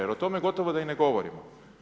Jer o tome gotovo da i ne govorimo.